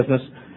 business